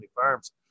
Farms